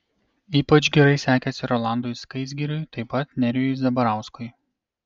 ypač gerai sekėsi rolandui skaisgiriui taip pat nerijui zabarauskui